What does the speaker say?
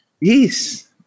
Yes